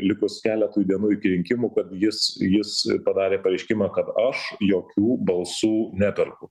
likus keletui dienų iki rinkimų kad jis jis padarė pareiškimą kad aš jokių balsų neperku